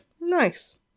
Nice